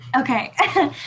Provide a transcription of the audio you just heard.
Okay